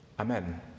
Amen